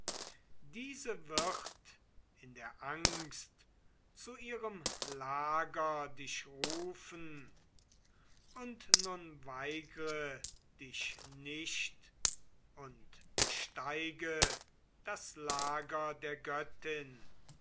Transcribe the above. diese wird in der angst zu ihrem lager dich rufen und nun weigre dich nicht und besteige das lager der göttin